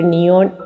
Neon